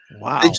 wow